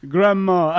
Grandma